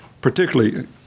particularly